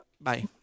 Bye